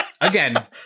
Again